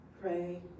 pray